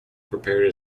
prepared